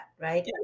Right